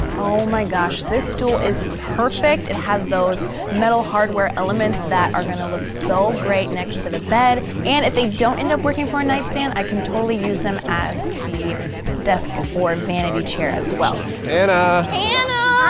oh my gosh this stool is perfect it has those metal hardware elements that are gonna look so great next to the bed and if they don't end up working for a nightstand i can totally use them as the desk or vanity chair as well hannah hannah